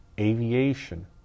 aviation